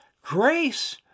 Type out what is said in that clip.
grace